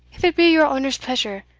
if it be your honour's pleasure,